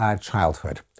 childhood